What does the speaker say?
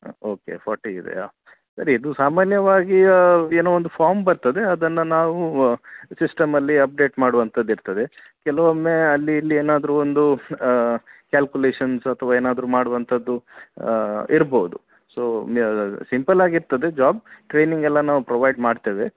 ಹ್ಞೂ okay forty ಇದೆಯಾ ಸರಿ ಇದು ಸಾಮನ್ಯವಾಗಿ ಏನೋ ಒಂದು ಫಾಮ್ ಬರ್ತದೆ ಅದನ್ನು ನಾವು ಸಿಸ್ಟಮ್ಮಲ್ಲಿ ಅಪ್ಡೇಟ್ ಮಾಡುವಂಥದ್ದು ಇರ್ತದೆ ಕೆಲವೊಮ್ಮೆ ಅಲ್ಲಿ ಇಲ್ಲಿ ಏನಾದರು ಒಂದು ಕ್ಯಾಲ್ಕುಲೇಶನ್ಸ್ ಅಥವಾ ಏನಾದರು ಮಾಡುವಂಥದ್ದು ಇರ್ಬೋದು ಸೊ ಸಿಂಪಲ್ಲಾಗಿ ಇರ್ತದೆ ಜಾಬ್ ಟ್ರೈನಿಂಗೆಲ್ಲ ನಾವು ಪ್ರೊವೈಡ್ ಮಾಡ್ತೇವೆ